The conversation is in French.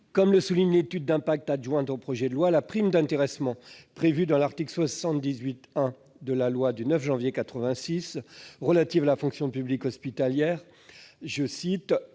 Comme le souligne l'étude d'impact adjointe au projet de loi, la prime d'intéressement prévue dans l'article 78-1 de la loi du 9 janvier 1986 relative à la fonction publique hospitalière « n'a